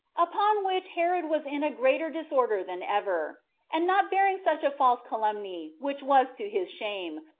upon which herod was in a greater disorder than ever and not bearing such a false calumny, which was to his shame,